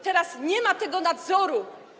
Teraz nie ma tego nadzoru.